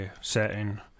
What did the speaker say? setting